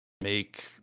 make